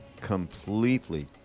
completely